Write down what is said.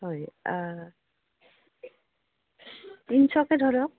হয় তিনিশকে ধৰক